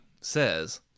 says